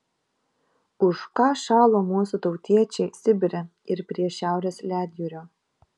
už ką šalo mūsų tautiečiai sibire ir prie šiaurės ledjūrio